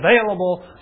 available